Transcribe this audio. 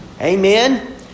Amen